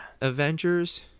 Avengers